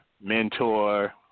mentor